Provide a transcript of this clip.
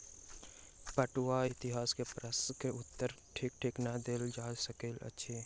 पटुआक इतिहास के प्रश्नक उत्तर ठीक ठीक नै देल जा सकैत अछि